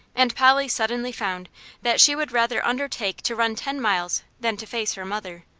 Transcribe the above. and polly suddenly found that she would rather undertake to run ten miles than to face her mother,